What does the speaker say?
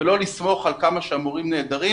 ולא לסמוך על כמה שהמורים נהדרים,